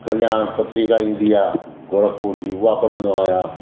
कल्याण पत्रिका ईंदी आहे गोरख पुर जी उहा पढ़ंदो आहियां